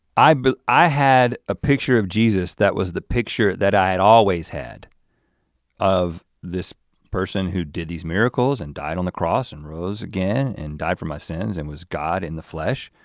i but i had a picture of jesus that was the picture that i had always had of this person who did these miracles and died on the cross and rose again and died for my sins and was god in the flesh.